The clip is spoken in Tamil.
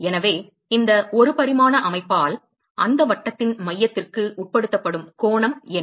எனவே இந்த 1 பரிமாண அமைப்பால் அந்த வட்டத்தின் மையத்திற்கு உட்படுத்தப்படும் கோணம் என்ன